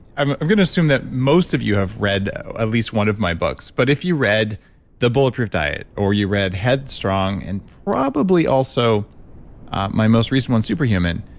i'm i'm going to assume that most of you have read at least one of my books, but if you read the bullet proof diet or you read head strong and probably also my most recent one, superhuman.